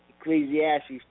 Ecclesiastes